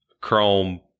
chrome